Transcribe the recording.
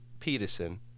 peterson